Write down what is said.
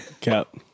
Cap